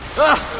but